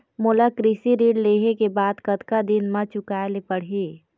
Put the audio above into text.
मोला कृषि ऋण लेहे के बाद कतका दिन मा चुकाए ले पड़ही?